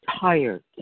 tired